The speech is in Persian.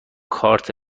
کارت